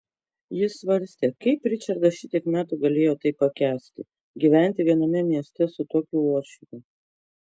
jis svarstė kaip ričardas šitiek metų galėjo tai pakęsti gyventi viename mieste su tokiu uošviu